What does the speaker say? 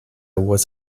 was